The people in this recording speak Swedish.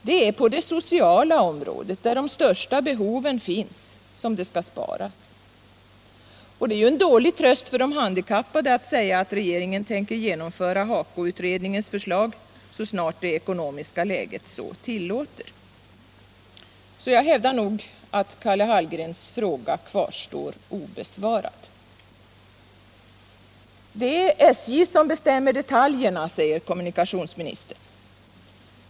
Det är på det sociala området som det skall sparas, och där finns de största behoven. Det är en dålig tröst för de handikappade att säga att regeringen tänker genomföra HAKO-utredningens förslag så snart det ekonomiska läget så tillåter. Jag hävdar därför att Karl Hallgrens fråga kvarstår obesvarad. Det är SJ som bestämmer detaljerna, säger kommunikationsministern.